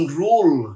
rule